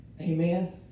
Amen